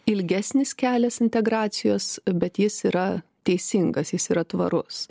ilgesnis kelias integracijos bet jis yra teisingas jis yra tvarus